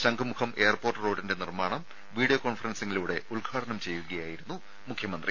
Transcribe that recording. Shankhumukham airport റോഡിന്റെ നിർമ്മാണം video കോൺഫറൻസിങ്ങിലൂടെ ഉദ്ഘാടനം ചെയ്യുകയായിരുന്നു മുഖ്യമന്ത്രി